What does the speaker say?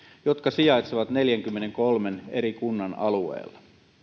jotka sijaitsevat neljänkymmenenkolmen eri kunnan alueella